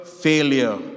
failure